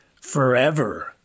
forever